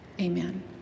amen